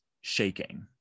shaking